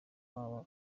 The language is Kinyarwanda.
wabo